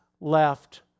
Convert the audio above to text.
left